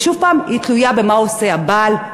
ושוב פעם היא תלויה במה עושה הבעל,